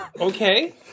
okay